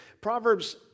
Proverbs